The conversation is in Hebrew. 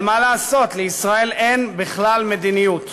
אבל מה לעשות, לישראל אין בכלל מדיניות.